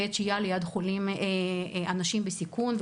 בעת שהייה ליד חולים ואנשים בסיכון,